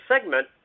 segment